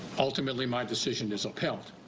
ultimately my decision is upheld.